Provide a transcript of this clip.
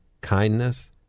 kindness